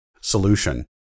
solution